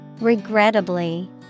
Regrettably